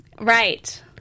right